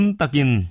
takin